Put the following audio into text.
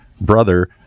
brother